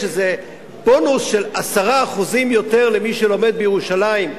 איזה בונוס של 10% יותר למי שלומד בירושלים,